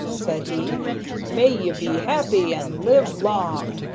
said he may ye be happy, and live long,